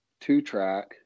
two-track